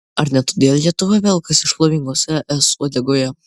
ar ne todėl lietuva velkasi šlovingos es uodegoje